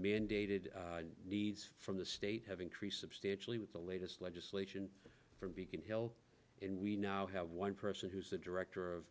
mandated needs from the state have increased substantially with the latest legislation from beacon hill and we now have one person who's the director of